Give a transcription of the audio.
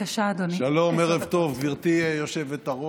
שלום, ערב טוב, גברתי היושבת-ראש.